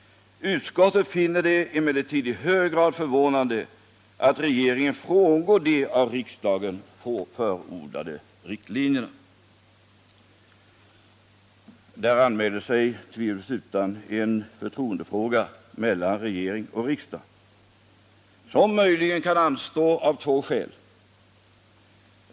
Utskottet finner det emellertid i hög grad förvånande att regeringen frångår de av riksdagen förordade riktlinjerna.” Där anmäler sig tvivelsutan en förtroendefråga mellan regering och riksdag, som möjligen kan anstå av två skäl.